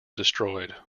destroyed